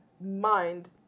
mind